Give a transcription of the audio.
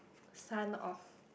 son of